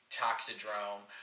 toxidrome